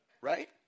Right